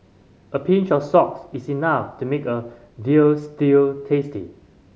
a pinch of salts is enough to make a veal stew tasty